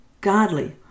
godly